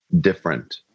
different